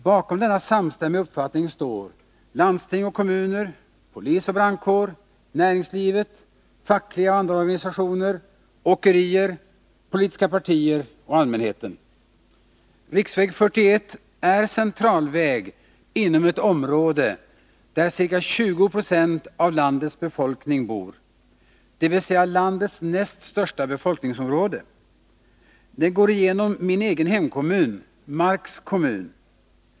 Bakom denna samstämmiga uppfattning står landsting och kommuner, polis och brandkår, näringslivet, fackliga och andra organisationer, åkerier, politiska partier och allmänheten. Riksväg 41 är centralväg inom ett område där ca 2090 av landets befolkning bor, dvs. landets näst största befolkningsområde. Den går igenom min egen hemkommun, Marks kommun.